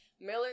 Miller